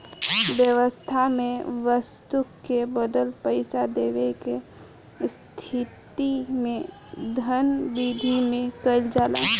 बेवस्था में बस्तु के बदला पईसा देवे के स्थिति में धन बिधि में कइल जाला